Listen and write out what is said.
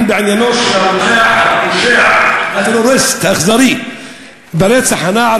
בעניינו של הרוצח הפושע הטרוריסט האכזרי ברצח הנער